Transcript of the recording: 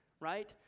right